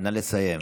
נא לסיים.